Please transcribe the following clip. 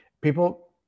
people